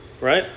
Right